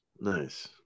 Nice